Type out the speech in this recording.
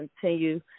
continue